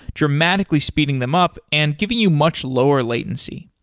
dramatically speeding them up and giving you much lower latency.